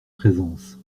présence